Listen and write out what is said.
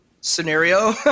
scenario